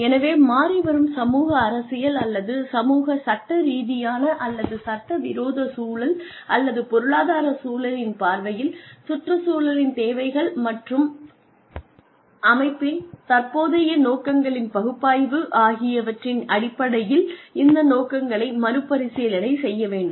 எனவே மாறிவரும் சமூக அரசியல் அல்லது சமூக சட்ட ரீதியான அல்லது சட்டவிரோத சூழல் அல்லது பொருளாதார சூழலின் பார்வையில் சுற்றுச்சூழலின் தேவைகள் மற்றும் அமைப்பின் தற்போதைய நோக்கங்களின் பகுப்பாய்வு ஆகியவற்றின் அடிப்படையில் இந்த நோக்கங்களை மறுபரிசீலனை செய்ய வேண்டும்